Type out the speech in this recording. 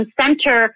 center